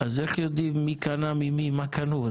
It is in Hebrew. אז איך יודעים מי קנה ממי, מה קנו?